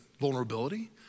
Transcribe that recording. vulnerability